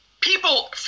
people